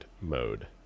mode